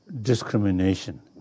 discrimination